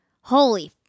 holy